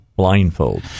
Blindfold